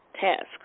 task